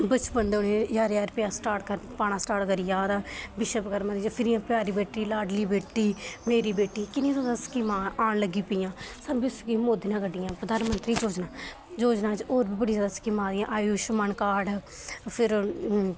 बचपन तों गे ज्हार ज्हार रपेआ स्टार्ट पाना स्टार्ट करी आ दा विशवकर्मांं फिर प्यारी बेटी लाडली बेटी मेरी बेटी किन्नी जैदा स्कीमां औन लगी पेइयां एह् स्कीमां मोदी ने कड्ढियां प्रधानमंत्री योजना होर बी बड़ियां जैदा स्कीमां आ दियां आयुष्मान कार्ड फिर